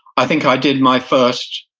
i think i did my first